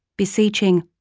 beseeching,